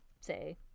say